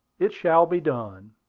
it shall be done.